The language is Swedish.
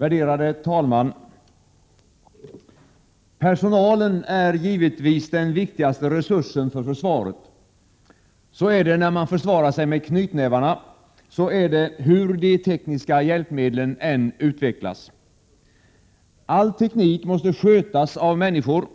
Herr talman! Personalen är givetvis den viktigaste resursen för försvaret. Sådant är förhållandet när man försvarar sig med knytnävarna — så förblir det hur de tekniska hjälpmedlen än utvecklas. All teknik måste skötas av människor.